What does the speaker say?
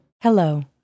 Hello